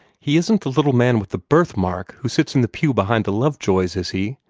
he isn't the little man with the birthmark, who sits in the pew behind the lovejoys, is he?